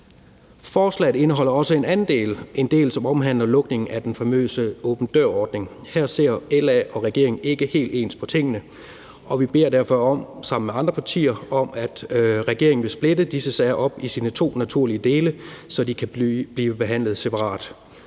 Forslaget indeholder også en anden del, en del, som omhandler lukningen af den famøse åben dør-ordning. Her ser LA og regeringen ikke helt ens på tingene, og vi beder derfor sammen med andre partier regeringen om at splitte disse sager op i sine to naturlige dele, så de kan blive behandlet separat.